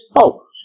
spoke